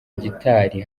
gitari